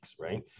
right